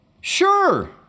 Sure